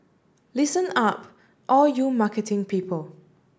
listen up all you marketing people